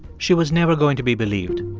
she was never going to be believed.